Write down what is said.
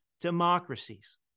democracies